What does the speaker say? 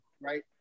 right